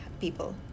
people